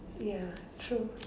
ya true